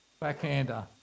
backhander